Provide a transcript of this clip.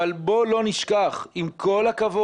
אבל בוא לא נשכח, עם כל הכבוד,